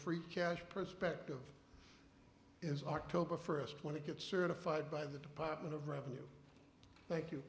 free cash perspective is october first when it gets certified by the department of revenue thank you